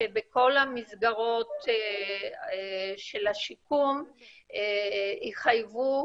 שבכל המסגרות של השיקום יחייבו